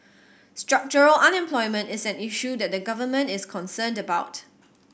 structural unemployment is an issue that the Government is concerned about